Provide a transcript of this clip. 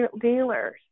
dealers